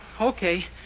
okay